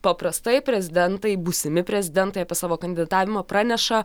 paprastai prezidentai būsimi prezidentai apie savo kandidatavimą praneša